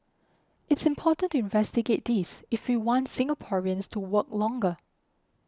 it's important to investigate this if we want Singaporeans to work longer